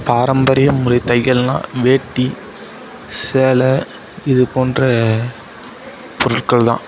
பாரம்பரியமுறை தையல்னா வேட்டி சேலை இதுபோன்ற பொருட்கள்தான்